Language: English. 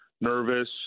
nervous